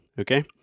okay